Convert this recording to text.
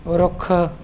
ਰੁੱਖ